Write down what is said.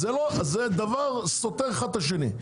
זה דבר שסותר אחד את השני.